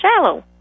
shallow